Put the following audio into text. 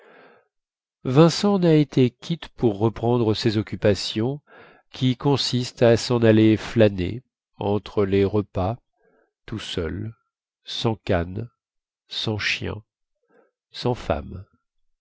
vincent en a été quitte pour reprendre ses occupations qui consistent à sen aller flâner entre les repas tout seul sans canne sans chien sans femme